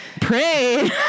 pray